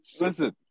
Listen